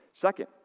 Second